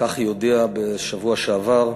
כך היא הודיעה בשבוע שעבר.